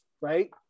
right